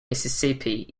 mississippi